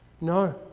No